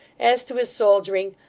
as to his soldiering,